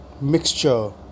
mixture